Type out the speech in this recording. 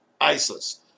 ISIS